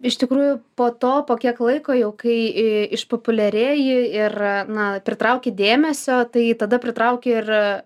iš tikrųjų po to po kiek laiko jau kai į išpopuliarėjai ir na pritrauki dėmesio tai tada pritrauki ir